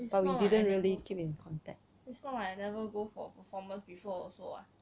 it's not what it's not what I never go for performance before also [what]